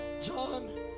John